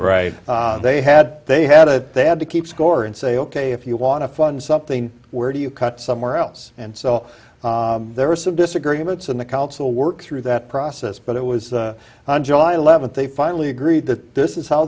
right they had they had a they had to keep score and say ok if you want to fund something where do you cut somewhere else and so there are some disagreements in the council worked through that process but it was on july eleventh they finally agreed that this is how